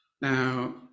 Now